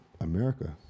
America